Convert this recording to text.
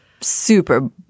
super –